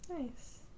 Nice